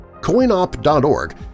CoinOp.org